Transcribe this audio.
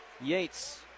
Yates